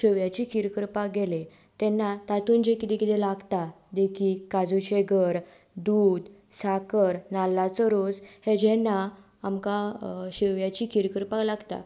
शेवयाची खीर करपाक गेलें तेन्ना तातूंत जे कितें कितें लागता देखीक काजुचे गर दूद साकर नाल्लाचो रोस हे जेन्ना आमकां शेवयाची खीर करपाक लागता